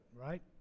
right